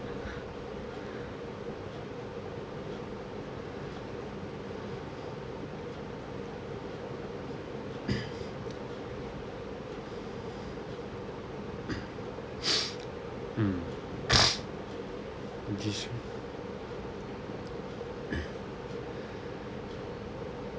mm this